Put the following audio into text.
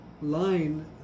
line